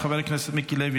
חבר הכנסת מיקי לוי,